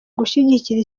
gushyigikira